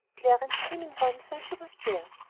clarence came in once while she was there,